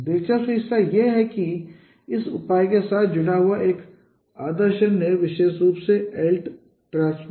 दिलचस्प हिस्सा यह है कि इस उपाय के साथ जुड़ा हुआ एक अदर्शन है विशेष रूप से lTC m